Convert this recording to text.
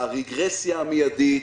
הרגרסיה המידית,